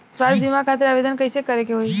स्वास्थ्य बीमा खातिर आवेदन कइसे करे के होई?